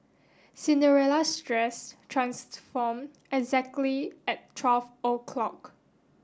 Cinderella's dress transformed exactly at twelve o'clock